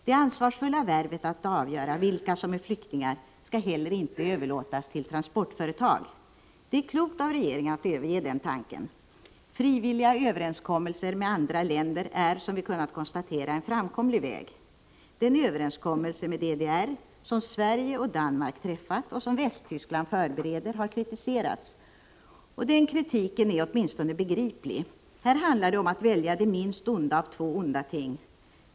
Det ansvarsfulla värvet att avgöra vilka som är flyktingar skall heller inte överlåtas till transportföretag — det är klokt av regeringen att överge den tanken. Frivilliga överenskommelser med andra länder är, som vi kunnat konstatera, en framkomlig väg. Den överenskommelse med DDR som Sverige och Danmark har träffat och som Västtyskland förbereder har kritiserats — och den kritiken är åtminstone begriplig. Här handlar det om att välja det minst onda av två onda ting.